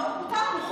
לא מותר לנו,